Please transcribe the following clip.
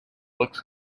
looks